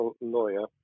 lawyer